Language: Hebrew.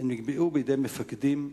הן נקבעו בידי מפקדים,